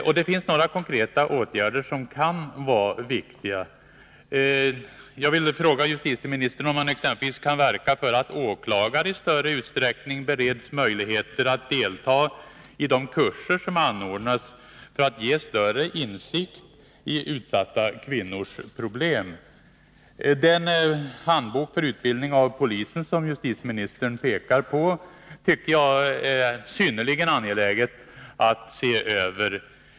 Och det finns några konkreta åtgärder som kan vara viktiga. Jag vill fråga justitieministern om han exempelvis kan verka för att åklagare i större utsträckning bereds möjligheter att delta i de kurser som anordnas, för att de skall få större insikt i utsatta kvinnors problem. Den handbok för utbildning av polispersonal som justitieministern pekar på tycker jag det är synnerligen angeläget att man ser över.